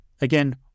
Again